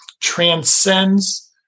transcends